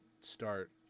start